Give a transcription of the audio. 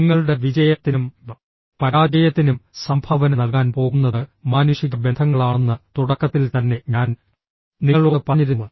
നിങ്ങളുടെ വിജയത്തിനും പരാജയത്തിനും സംഭാവന നൽകാൻ പോകുന്നത് മാനുഷിക ബന്ധങ്ങളാണെന്ന് തുടക്കത്തിൽ തന്നെ ഞാൻ നിങ്ങളോട് പറഞ്ഞിരുന്നു